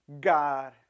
God